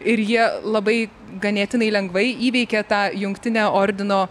ir jie labai ganėtinai lengvai įveikė tą jungtinę ordino